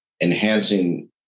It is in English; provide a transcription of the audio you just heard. enhancing